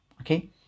okay